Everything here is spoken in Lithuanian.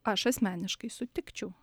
aš asmeniškai sutikčiau